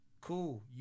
Cool